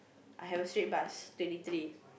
I have a straight bus twenty three